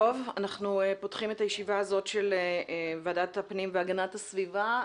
אנחנו פותחים את ישיבת ועדת הפנים והגנת הסביבה.